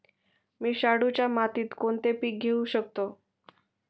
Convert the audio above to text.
मी शाडूच्या मातीत कोणते पीक घेवू शकतो?